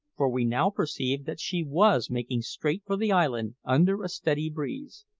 for we now perceived that she was making straight for the island under a steady breeze.